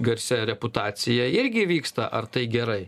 garsia reputacija irgi vyksta ar tai gerai